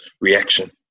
reaction